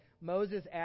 Moses